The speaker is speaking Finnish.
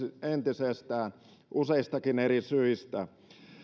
entisestään useistakin eri syistä